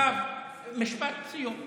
משפט סיום.